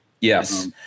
Yes